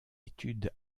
étude